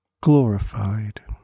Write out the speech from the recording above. glorified